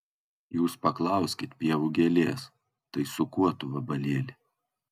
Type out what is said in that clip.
jūs paklauskit pievų gėlės tai su kuo tu vabalėli